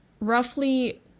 roughly